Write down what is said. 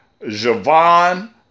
Javon